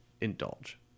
indulge